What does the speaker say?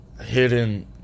hidden